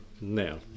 now